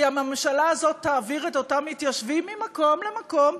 כי הממשלה הזאת תעביר את אותם מתיישבים ממקום למקום,